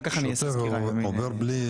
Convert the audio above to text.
התקציב מועבר בלי